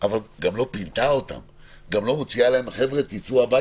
אבל גם לא פינתה אותם וגם לא אומרת להם לכו הביתה.